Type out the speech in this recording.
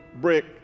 brick